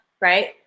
right